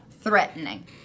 threatening